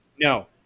no